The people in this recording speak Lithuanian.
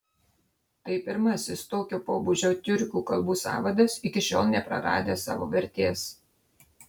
tai pirmasis tokio pobūdžio tiurkų kalbų sąvadas iki šiol nepraradęs savo vertės